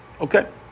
Okay